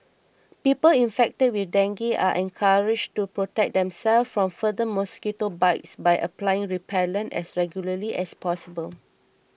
people infected with dengue are encouraged to protect themselves from further mosquito bites by applying repellent as regularly as possible